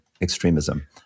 extremism